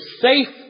safe